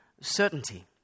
certainty